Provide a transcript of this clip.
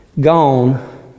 Gone